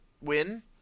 win